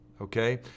Okay